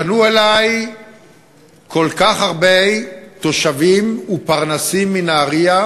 פנו אלי כל כך הרבה תושבים ופרנסים מנהרייה